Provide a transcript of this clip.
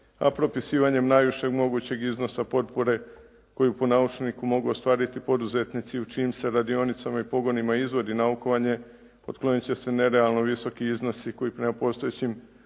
a propisivanjem najvišeg mogućeg iznosa potpore koji po naučniku mogu ostvariti poduzetnici u čijim se radionicama i pogonima izvodi naukovanje otkloniti će se nerealno visoki iznosi koji prema postojećim